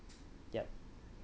yup